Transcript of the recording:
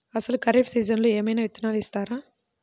అసలు ఖరీఫ్ సీజన్లో ఏమయినా విత్తనాలు ఇస్తారా?